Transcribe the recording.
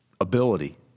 ability